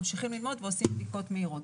ממשיכים ללמוד ועושים בדיקות מהירות.